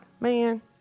man